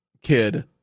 kid